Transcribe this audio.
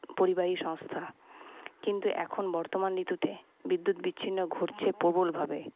পরিবাহী সংস্থা কিন্তু এখন বর্তমান ঋতুতে বিদ্যুৎ বিচ্ছিন্ন ঘটছে প্রবলভাবে